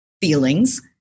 feelings